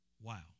Wow